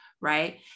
right